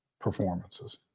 performances